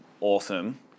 awesome